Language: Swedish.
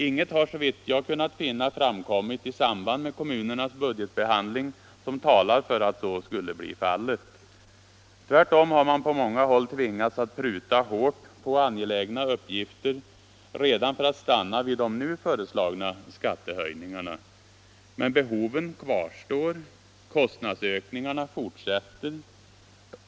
Inget har såvitt jag kunnat finna framkommit i samband med kommunernas budgetbehandling som talar för att så skulle bli fallet. Tvärtom har man på många håll tvingats att pruta hårt på angelägna uppgifter redan för att stanna vid de nu föreslagna skattehöjningarna. Men behoven kvarstår. Kostnadsökningarna fortsätter.